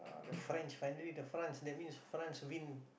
French finally the France that means France win